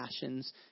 passions